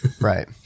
Right